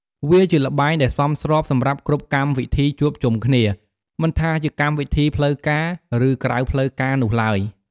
វាជាល្បែងដែលសមស្របសម្រាប់គ្រប់កម្មវិធីជួបជុំគ្នា មិនថាជាកម្មវិធីផ្លូវការ ឬក្រៅផ្លូវការនោះឡើយ។